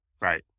Right